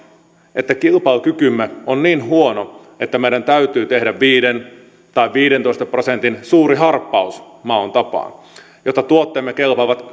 että kilpailukykymme on niin huono että meidän täytyy tehdä viisi tai viidentoista prosentin suuri harppaus maon tapaan jotta tuotteemme kelpaavat